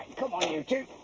come on you two.